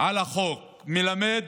על החוק, מלמד: